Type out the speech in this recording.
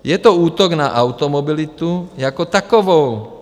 Je to útok na automobilitu jako takovou.